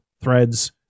threads